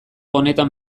honetan